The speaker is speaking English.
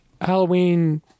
Halloween